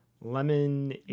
lemon